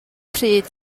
pryd